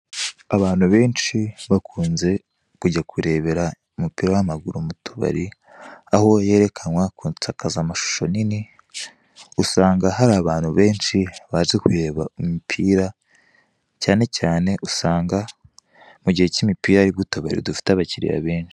Abantu benshi bakunze kujya kurebera umupira w'amaguru mu tubari, aho yerekanwa ku nsakazamashusho nini, usanga hari abantu benshi baje kureba imipira, cyane cyane usanga mu gihe cy'imipira aribwo utubari dufite abakiriya ben...